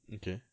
okay